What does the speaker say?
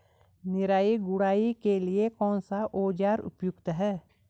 निराई गुड़ाई के लिए कौन सा औज़ार उपयुक्त है?